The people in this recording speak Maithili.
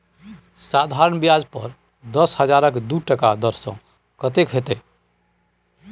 साधारण ब्याज पर दस हजारक दू टका दर सँ कतेक होएत?